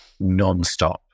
nonstop